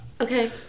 Okay